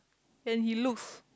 and he looks